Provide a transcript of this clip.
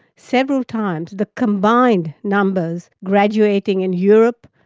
several times the combined numbers graduating in europe,